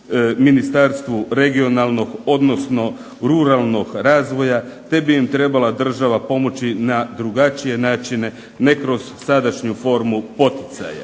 Ministarstvu regionalnog, odnosno ruralnog razvoja, te bi im trebala država pomoći na drugačije načine, ne kroz sadašnju formu poticaja.